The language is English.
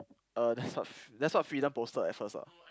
uh that's not that's not freedom poster at first ah